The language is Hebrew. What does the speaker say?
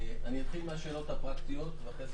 אני אתחיל מהשאלות הפרקטיות ואחרי זה